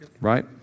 Right